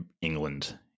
England